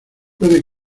puede